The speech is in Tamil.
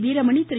வீரமணி திரு